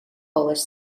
polish